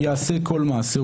ייעשה כל מעשה,